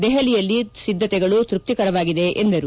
ದೆಹಲಿಯಲ್ಲಿ ಸಿದ್ದತೆಗಳು ತೃಪ್ತಿಕರವಾಗಿದೆ ಎಂದರು